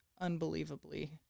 unbelievably